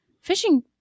fishing